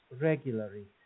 regularly